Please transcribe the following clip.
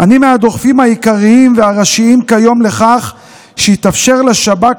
אני מהדוחפים העיקריים והראשיים כיום לכך שיתאפשר לשב"כ